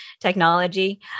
technology